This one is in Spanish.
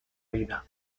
vida